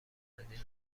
متولدین